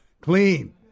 Clean